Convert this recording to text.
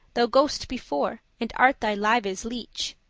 thou go'st before, and art their lives' leech.